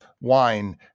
wine